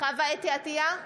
חוה אתי עטייה,